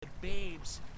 babes